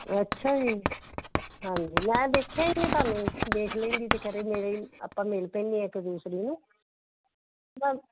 ਅੱਛਾ ਜੀ ਹਾਂਜੀ ਮੈਂ ਦੇਖਿਆ ਹੀ ਨੀ ਤੁਹਾਨੂੰ ਦੇਖ ਲੈਂਦੀ ਤਾਂ ਕਦੇ ਮੇਰੇ ਆਪਾਂ ਮਿਲ ਪੈਂਦੇ ਆ ਇੱਕ ਦੂਸਰੀ ਨੂੰ ਬਸ